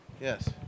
Yes